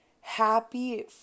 happy